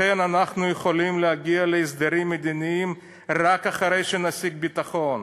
לכן אנחנו יכולים להגיע להסדרים מדיניים רק אחרי שנשיג ביטחון.